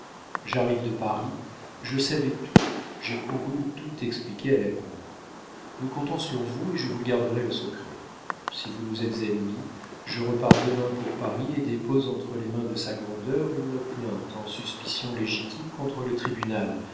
j'arrive de paris je savais tout j'ai couru tout expliquer à la cour nous comptons sur vous et je vous garderai le secret si vous nous êtes ennemi je repars demain pour paris et dépose entre les mains de sa grandeur une plainte en suspicion légitime contre le tribunal